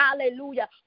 Hallelujah